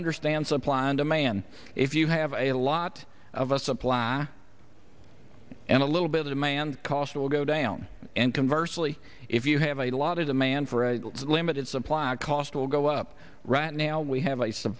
understand supply and demand if you have a lot of a supply and a little bit of manned cost will go down and converse lee if you have a lot of demand for a limited supply cost will go up right now we have